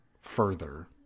further